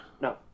no